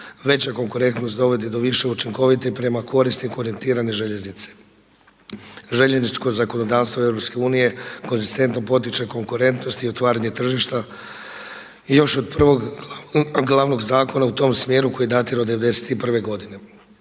Veća konkurentnost dovodi do više učinkovite i prema korisniku orijentirane željeznice. Željezničko zakonodavstvo EU konzistentno potiče konkurentnost i otvaranje tržišta i još od prvog glavnog zakona u tom smjeru koji datira od '91. godine.